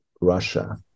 Russia